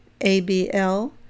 ABL